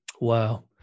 Wow